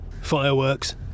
Fireworks